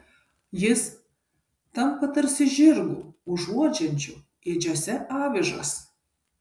jis tampa tarsi žirgu užuodžiančiu ėdžiose avižas